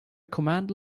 command